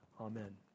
Amen